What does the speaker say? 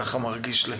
כך מרגיש לי.